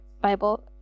Bible